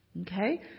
okay